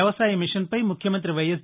వ్యవసాయ మిషన్ పై ముఖ్యమంతి వైఎస్